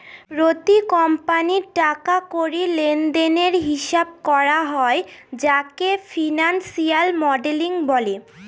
প্রতি কোম্পানির টাকা কড়ি লেনদেনের হিসাব করা হয় যাকে ফিনান্সিয়াল মডেলিং বলে